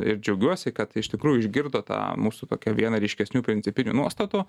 ir džiaugiuosi kad iš tikrųjų išgirdo tą mūsų tokią vieną ryškesnių principinių nuostatų